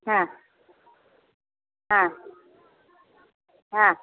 हँ हँ हँ